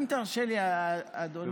אם תרשה לי, אדוני,